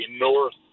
north